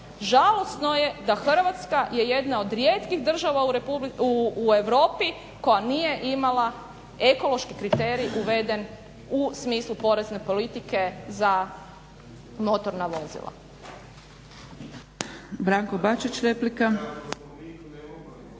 Žalosno je da Hrvatska je jedna od rijetkih država u Europi koja nije imala ekološki kriterij uveden u smislu porezne politike za motorna vozila.